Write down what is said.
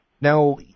Now